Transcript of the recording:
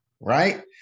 Right